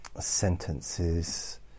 sentences